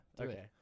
Okay